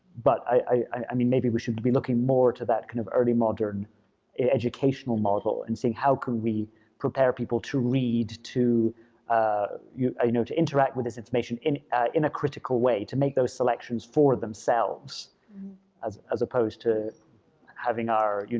but i mean maybe we should be looking more to that kind of early modern educational model and seeing how can we prepare people to read, to you know to interact with this information in in a critical way, to make those selections for themselves as as opposed to having our